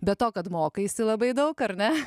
be to kad mokaisi labai daug ar ne